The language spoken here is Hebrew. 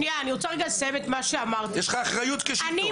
יש לך אחריות כשלטון.